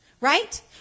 right